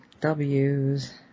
W's